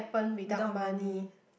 without money